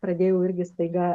pradėjau irgi staiga